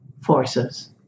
forces